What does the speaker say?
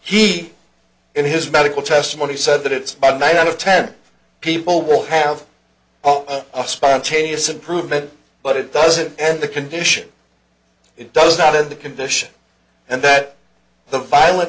he in his medical testimony said that it's a night out of ten people will have a spontaneous improvement but it doesn't end the condition it does out of the condition and that the viol